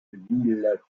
ville